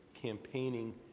Campaigning